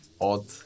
odd